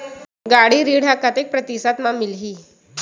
गाड़ी ऋण ह कतेक प्रतिशत म मिलही?